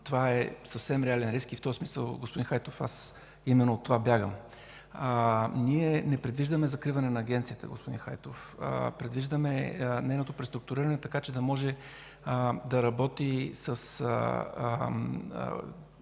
това е съвсем реален риск, в този смисъл, господин Хайтов, аз именно от това бягам. Ние не предвиждаме закриване на Агенцията, господин Хайтов. Предвиждаме нейното преструктуриране, така че да може да работи с